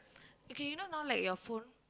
okay you know now like your phone